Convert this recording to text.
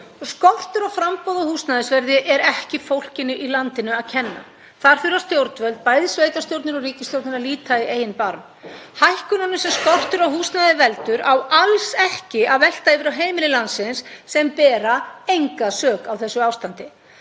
Skortur á framboði á húsnæði er ekki fólkinu í landinu að kenna. Þar þurfa stjórnvöld, bæði sveitarstjórnir og ríkisstjórnin, að líta í eigin barm. Hækkunum sem skortur á húsnæði veldur á alls ekki að velta yfir á heimili landsins sem bera enga sök á því ástandi.